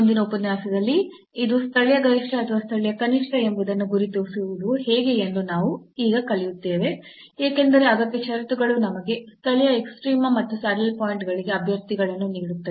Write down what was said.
ಮುಂದಿನ ಉಪನ್ಯಾಸದಲ್ಲಿ ಇದು ಸ್ಥಳೀಯ ಗರಿಷ್ಠ ಅಥವಾ ಸ್ಥಳೀಯ ಕನಿಷ್ಠ ಎಂಬುದನ್ನು ಗುರುತಿಸುವುದು ಹೇಗೆ ಎಂದು ನಾವು ಈಗ ಕಲಿಯುತ್ತೇವೆ ಏಕೆಂದರೆ ಅಗತ್ಯ ಷರತ್ತುಗಳು ನಮಗೆ ಸ್ಥಳೀಯ ಎಕ್ಸ್ಟ್ರೀಮ ಮತ್ತು ಸ್ಯಾಡಲ್ ಪಾಯಿಂಟ್ಗಳಿಗೆ ಅಭ್ಯರ್ಥಿಗಳನ್ನು ನೀಡುತ್ತದೆ